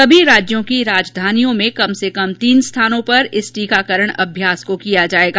सभी राज्यों की राजधानियों में कम से कम तीन स्थानों पर इस टीकाकरण अभ्यास को किया जाएगा